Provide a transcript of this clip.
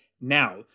now